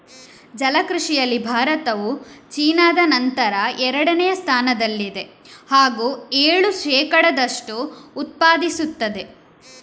ಜಲ ಕೃಷಿಯಲ್ಲಿ ಭಾರತವು ಚೀನಾದ ನಂತರ ಎರಡನೇ ಸ್ಥಾನದಲ್ಲಿದೆ ಹಾಗೂ ಏಳು ಶೇಕಡದಷ್ಟು ಉತ್ಪಾದಿಸುತ್ತದೆ